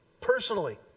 personally